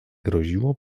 groziło